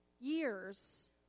years